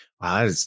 Wow